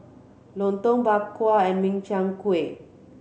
Lontong Bak Kwa and Min Chiang Kueh